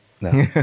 no